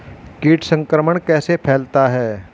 कीट संक्रमण कैसे फैलता है?